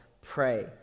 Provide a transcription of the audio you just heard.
pray